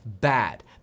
bad